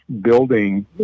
building